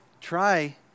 try